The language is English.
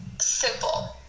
simple